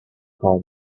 کار